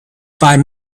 five